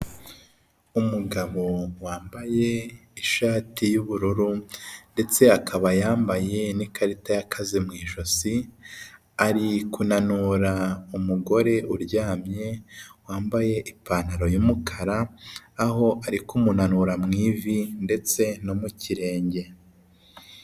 Umugabo wambaye ishati y'ubururu ndetse akaba yambaye n'ikarita y'akazi mu ijosi, ari kunanura umugore uryamye, wambaye ipantaro y'umukara, aho ari kumunanura mu ivi ndetse no mu kirenge.